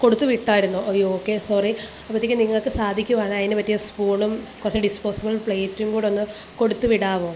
കൊടുത്തുവിട്ടായിരുന്നോ അയ്യോ okay sorry അപ്പോഴത്തേക്കും നിങ്ങൾക്ക് സാധിക്കുകയാണെങ്കില് അതിനുപറ്റിയ സ്പൂണും കുറച്ച് ഡിസ്പോസബിള് പ്ലേറ്റും കൂടെ ഒന്ന് കൊടുത്തുവിടാവോ